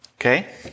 Okay